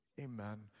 amen